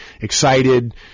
excited